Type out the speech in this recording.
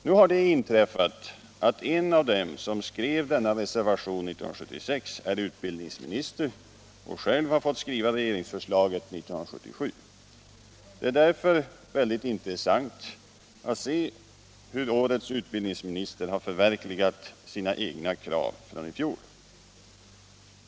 Nu har det inträffat att en av dem som skrev denna reservation 1976 är utbildningsminister och själv har fått skriva regeringsförslaget 1977. Det är därför utomordentligt intressant att se hur årets utbildningsminister har förverkligat sin egna krav från i fjol.